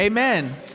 Amen